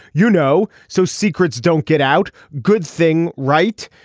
you know so secrets don't get out. good thing. right.